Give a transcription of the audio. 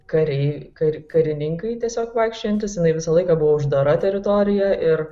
kariai ka karininkai tiesiog vaikščiojantys jinai visą laiką buvo uždara teritorija ir